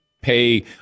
pay